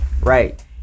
Right